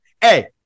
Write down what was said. Hey